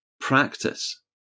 practice